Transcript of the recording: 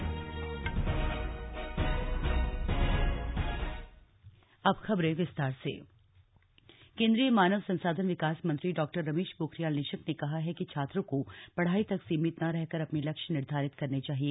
दीक्षांत समारोह केंद्रीय मानव संसाधन विकास मंत्री डॉ रमेश पोखरियाल निशंक ने कहा है कि छात्रों को पढ़ाई तक सीमित न रहकर अपने लक्ष्य निर्धारित करने चाहिए